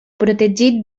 protegit